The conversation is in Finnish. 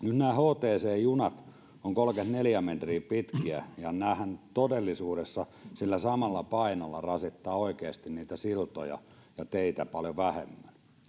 nyt nämä hct junat ovat kolmekymmentäneljä metriä pitkiä ja nämähän todellisuudessa sillä samalla painolla rasittavat oikeasti niitä siltoja ja teitä paljon vähemmän